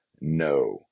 no